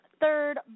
third